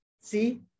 See